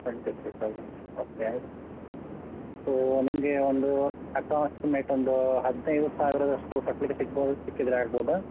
twenty five thousand okay so ನಿಮಗೆ ಒಂದು approximate ಒಂದು ಹದಿನೈದು ಸಾವಿರದಷ್ಟು ಕಟ್ಟಲಿಕ್ಕೆ ಸಿಗ್ಬೋದು ಸಿಕ್ಕಿದರೆ ಆಗ್ಬೋದಾ